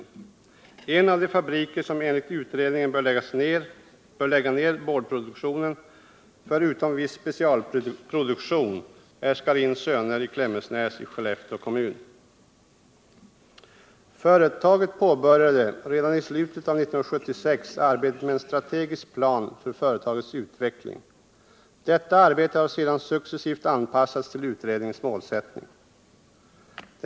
I en av de fabriker som enligt utredningen bör lägga ned boardproduktionen, förutom viss specialproduktion, är Scharins Söner i Klemensnäs i Skellefteå kommun. Företaget påbörjade redan i slutet av år 1976 arbetet med en strategisk plan för företagets utveckling. Detta arbete har sedan successivt anpassats till utredningens målsättning.